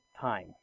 time